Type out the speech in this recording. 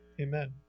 Amen